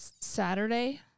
Saturday